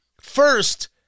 First